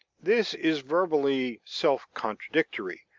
this is verbally self-contradictory,